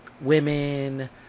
women